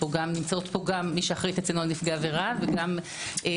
נמצאות פה גם מי שאחראית אצלנו על נפגעי עבירה וגם אחראית